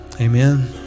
Amen